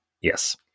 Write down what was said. yes